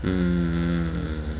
mm